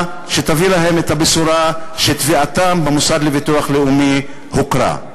שתביא להם את הבשורה שתביעתם במוסד לביטוח לאומי הוכרה.